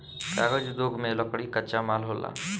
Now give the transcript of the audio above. कागज़ उद्योग में लकड़ी कच्चा माल होला